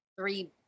Three